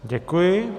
Děkuji.